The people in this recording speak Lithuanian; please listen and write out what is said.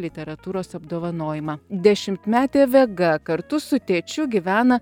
literatūros apdovanojimą dešimtmetė vega kartu su tėčiu gyvena